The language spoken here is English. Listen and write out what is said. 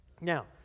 Now